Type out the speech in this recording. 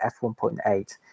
f1.8